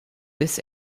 this